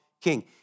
king